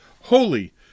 holy